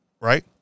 Right